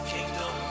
Kingdom